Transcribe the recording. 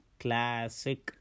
classic